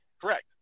Correct